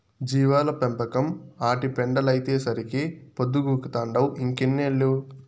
జీవాల పెంపకం, ఆటి పెండలైతేసరికే పొద్దుగూకతంటావ్ ఇంకెన్నేళ్ళు